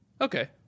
Okay